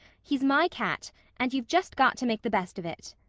he's my cat and you've just got to make the best of it.